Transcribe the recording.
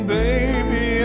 baby